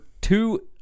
two